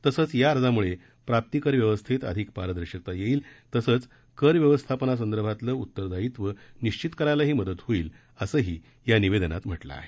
तसंच या अर्जाम्ळे प्राप्तीकर व्यवस्थेत अधिक पारदर्शकता येईल तसंच कर व्यवस्थापनासंदर्भातलं उतरदायित्व निश्चित करायलाही मदत होईल असंही या निवेदनात म्हटलं आहे